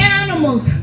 animals